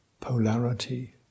polarity